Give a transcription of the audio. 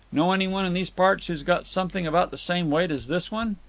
know any one in these parts who's got something about the same weight as this one?